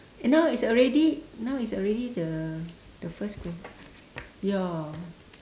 eh now it's already now it's already the the first ya